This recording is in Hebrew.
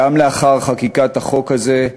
גם לאחר חקיקת החוק הזה,